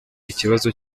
ikibazo